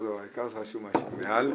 העיקר זה מה שיש מעל,